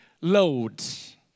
loads